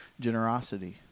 generosity